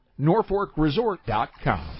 NorfolkResort.com